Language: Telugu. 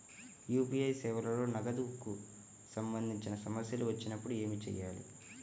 యూ.పీ.ఐ సేవలలో నగదుకు సంబంధించిన సమస్యలు వచ్చినప్పుడు ఏమి చేయాలి?